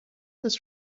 this